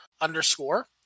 underscore